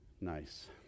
Nice